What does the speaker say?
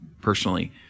personally